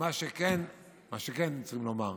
מה שכן צריכים לומר,